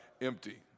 empty